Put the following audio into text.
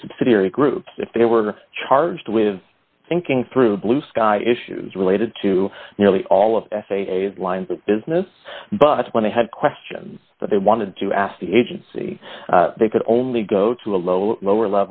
the subsidiary groups if they were charged with thinking through blue sky issues related to nearly all of the lines of business but when they had questions that they wanted to ask the agency they could only go to a lower lower